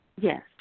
Yes